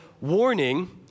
Warning